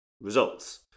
results